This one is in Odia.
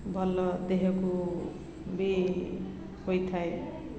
ଭଲ ଦେହକୁ ବି ହୋଇଥାଏ